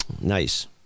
nice